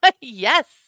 Yes